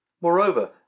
Moreover